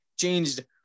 changed